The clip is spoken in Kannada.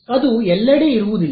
ಅದು ಎಲ್ಲೆಡೆ ಇರುವುದಿಲ್ಲ